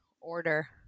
order